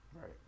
right